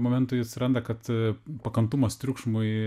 momentų jis randa kad pakantumas triukšmui